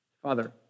Father